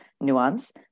nuance